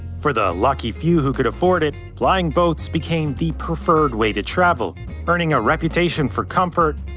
for the lucky few who could afford it, flying boats became the preferred way to travel earning a reputation for comfort.